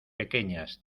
pequeñas